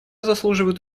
заслуживают